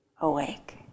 awake